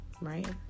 right